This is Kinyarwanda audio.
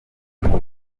buvumo